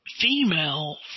female